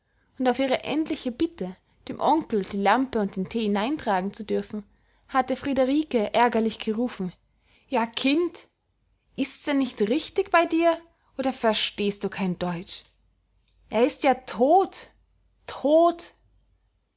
und auf ihre endliche bitte dem onkel die lampe und den thee hineintragen zu dürfen hatte friederike ärgerlich gerufen ja kind ist's denn nicht richtig bei dir oder verstehst du kein deutsch er ist ja tot tot